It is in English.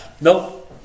No